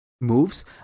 moves